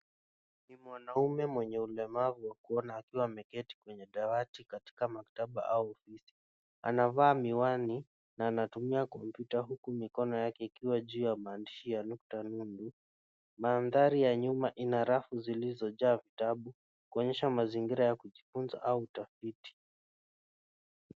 Ni mwanaume mwenye ulemavu wa kuona akiwa ameketi kwenye dawati katika maktaba au ofisi. Anavaa miwani na anatumia compyuta huku mikono yake ikiwa juu ya maandishi ya nukta nundu. Mandhari ya nyuma ina rafu zilizojaa vitabu kuonyesha mazingira ya kujifunza au utafiti.